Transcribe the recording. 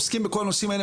עוסקים בכל הנושאים האלה,